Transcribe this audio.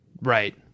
Right